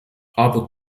aber